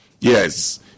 Yes